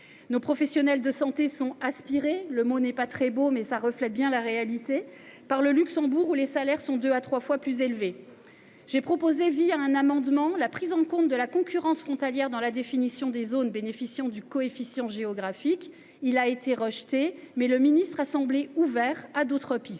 Nos professionnels de santé sont « aspirés »– le mot n’est pas beau, mais il reflète bien la réalité – par le Luxembourg, où les salaires sont jusqu’à trois fois plus élevés. J’ai proposé par amendement la prise en compte de la concurrence frontalière dans la définition des zones bénéficiant du coefficient géographique. Si cet amendement a été rejeté, le ministre a semblé ouvert à d’autres pistes.